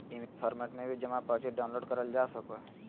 image format में भी जमा पर्ची डाउनलोड करल जा सकय हय